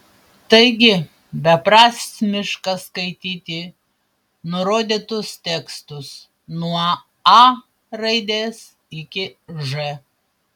taigi beprasmiška skaityti nurodytus tekstus nuo a raidės iki ž